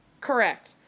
Correct